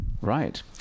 right